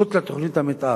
מחוץ לתוכנית המיתאר.